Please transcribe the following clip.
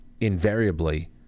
invariably